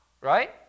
right